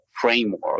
framework